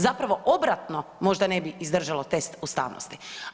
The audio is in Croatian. Zapravo, obratno možda ne bi izdržalo test ustavnosti.